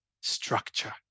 structure